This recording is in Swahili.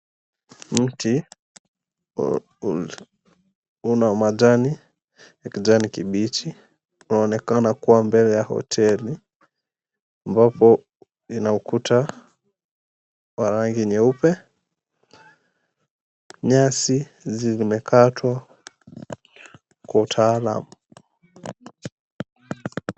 Mti una majani ya kijani kibichi, inaonekana kua mbele ya hoteli ambao una kuta wa rangi nyeupe, nyasi zimekatwa kwa utaarabu.